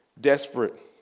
desperate